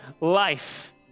life